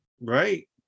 Right